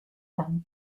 femmes